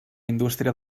indústria